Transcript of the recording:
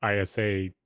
isa